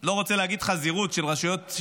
לא רוצה להגיד חזירות של המדינה,